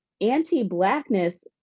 anti-blackness